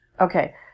Okay